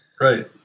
Right